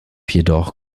jedoch